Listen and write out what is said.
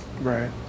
Right